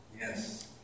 Yes